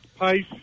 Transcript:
pace